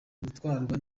gutwarwa